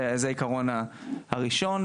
זה העיקרון הראשון,